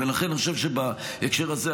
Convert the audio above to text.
לכן אני חושב שבהקשר הזה,